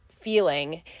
feeling